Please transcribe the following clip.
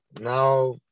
now